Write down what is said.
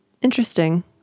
Interesting